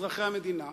אזרחי המדינה.